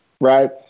Right